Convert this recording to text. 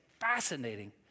fascinating